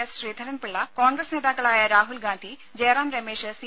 S Sreedharan Pillai Congress നേതാക്കളായ Rahul Gandhi Jairam Ramesh C